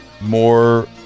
more